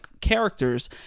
characters